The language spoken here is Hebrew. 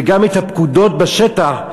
וגם את הפקודות בשטח.